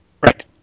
Right